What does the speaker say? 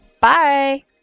Bye